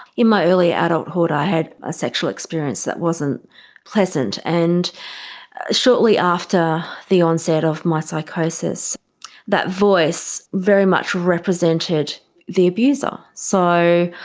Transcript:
in my early adulthood i had a sexual experience that wasn't pleasant, and shortly after the onset of my psychosis that voice very much represented the abuser. so,